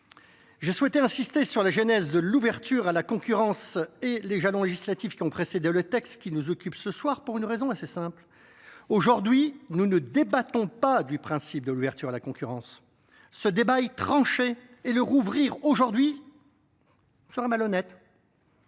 J’ai souhaité insister sur la genèse de l’ouverture à la concurrence et les jalons législatifs qui ont précédé le texte nous occupant ce soir, pour une raison assez simple : aujourd’hui, nous ne débattons pas du principe de l’ouverture à la concurrence. Ce débat est tranché, et le rouvrir serait malhonnête